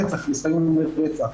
רצח וניסיון לרצח,